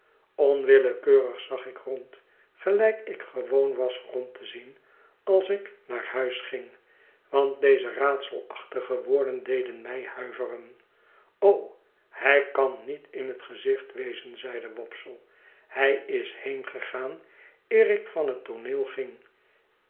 onwillekeurig zag ik rond gelijk ik gewoon was rond te zien als ik naar huis ging want deze raadselachtige woorden deden mij huiveren hij kan niet in het gezicht wezen zeide wopsle hij is heengegaan eer ik van het tooneel ging